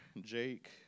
Jake